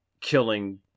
killing